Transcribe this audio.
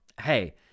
hey